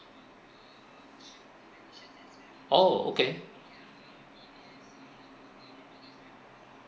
oh okay